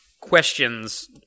questions